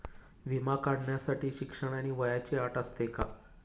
विमा काढण्यासाठी शिक्षण आणि वयाची अट असते का?